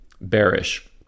bearish